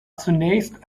zunächst